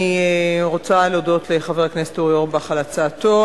אני רוצה להודות לחבר הכנסת אורי אורבך על הצעתו.